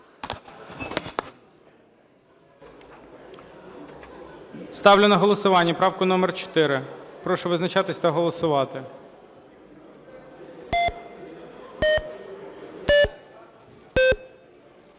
Ставлю на голосування правку номер 4. Прошу визначатись та голосувати.